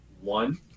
one